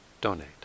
donate